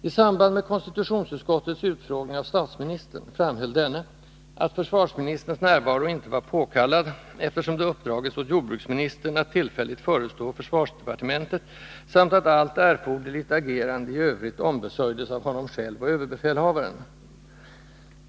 I samband med konstitutionsutskottets utfrågning av statsministern framhöll denne att försvarsministerns närvaro inte var påkallad, eftersom det uppdragits åt jordbruksministern att tillfälligt förestå försvarsdepartementet samt att allt erforderligt agerande i övrigt ombesörjdes av honom själv och Nr 145 överbefälhavaren.